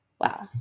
Wow